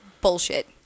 bullshit